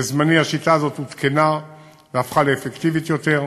בזמני השיטה הזאת עודכנה והפכה לאפקטיבית יותר.